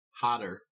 hotter